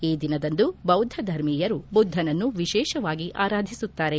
ಈ ದಿನದಂದು ಬೌದ್ದ ಧರ್ಮೀಯರು ಬುದ್ದನನ್ನು ವಿಶೇಷವಾಗಿ ಆರಾಧಿಸುತ್ತಾರೆ